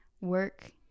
Work